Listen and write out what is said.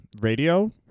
radio